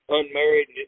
unmarried